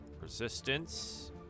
resistance